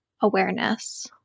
awareness